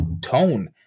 tone